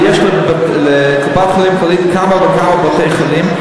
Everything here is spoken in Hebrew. ויש לקופת-חולים כללית כמה וכמה בתי-חולים.